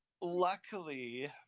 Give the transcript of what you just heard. Luckily